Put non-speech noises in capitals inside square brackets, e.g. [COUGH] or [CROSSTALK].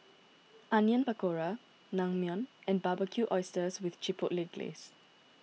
[NOISE] Onion Pakora Naengmyeon and Barbecued Oysters with Chipotle Glaze